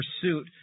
pursuit